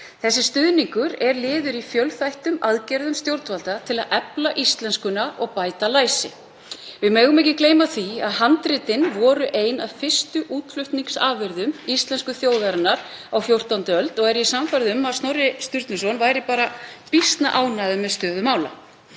Þessi stuðningur er liður í fjölþættum aðgerðum stjórnvalda til að efla íslenskuna og bæta læsi. Við megum ekki gleyma því að handritin voru ein af fyrstu útflutningsafurðum íslensku þjóðarinnar á 14. öld og er ég sannfærð um að Snorri Sturluson væri bara býsna ánægður með stöðu mála.